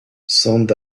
sand